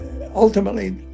ultimately